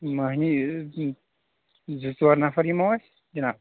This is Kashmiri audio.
مٔہنِوۍ زٕ ژور نَفر یِمو أسۍ جِناب